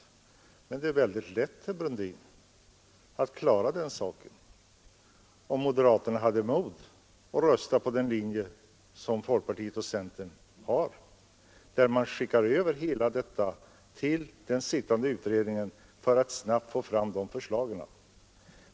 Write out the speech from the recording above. Men det skulle vara väldigt lätt, herr Brundin, att klara den saken, om moderaterna hade mod att rösta på den linje som folkpartiet och centern har, där man skickar över det hela till den sittande utredningen för att snabbt få fram förslag.